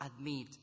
admit